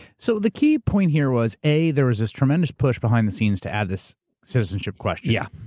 so the key point here was a there was this tremendous push behind the scenes to add this citizenship question. yeah.